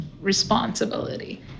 responsibility